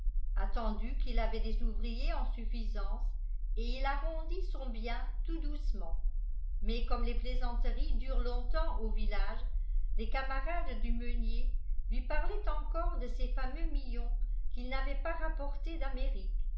attendu qu'il avait des ouvriers en suffisance et il arrondit son bien tout doucement mais comme les plaisanteries durent longtemps au village les camarades du meunier lui parlaient encore de ces fameux millions qu'il n'avait pas rapportés d'amérique